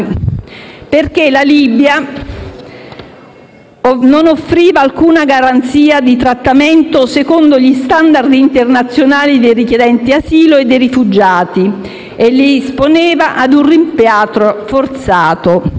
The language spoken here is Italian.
perché la Libia non offriva alcuna garanzia di trattamento secondo gli *standard* internazionali dei richiedenti asilo e dei rifugiati e li esponeva ad un rimpatrio forzato.